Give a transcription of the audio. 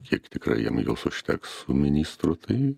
kiek tikrai jam jos užteks su ministru tai